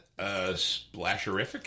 Splasherific